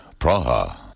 Praha